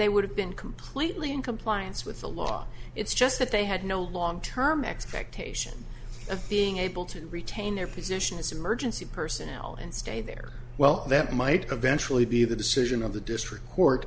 they would have been completely in compliance with the law it's just that they had no long term expectation of being able to retain their position as emergency personnel and stay there well that might eventually be the decision of the district court